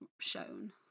shown